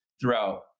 throughout